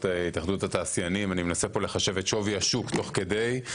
אני מנסה לחשב את שווי השוק תוך כדי.